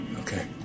okay